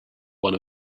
one